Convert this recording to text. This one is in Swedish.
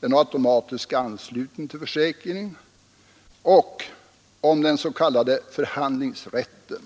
den automatiska anslutningen till försäkringen och den s.k. förhandlingsrätten.